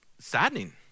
Saddening